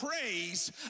praise